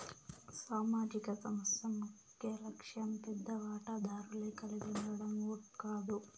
సామాజిక సంస్థ ముఖ్యలక్ష్యం పెద్ద వాటాదారులే కలిగుండడం ఓట్ కాదు